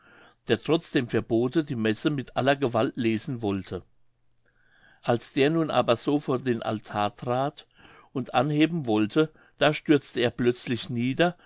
der trotz dem verbote die messe mit aller gewalt lesen wollte als der nun aber so vor den altar trat und anheben wollte da stürzte er plötzlich nieder